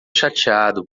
chateado